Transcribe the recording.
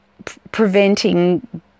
preventing